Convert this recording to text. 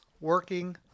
working